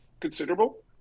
considerable